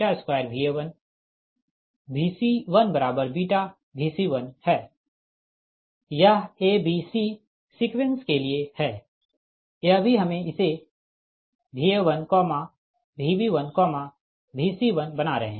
यह a b c sequence के लिए है यह भी हम इसे Va1 Vb1 Vc1 बना रहे है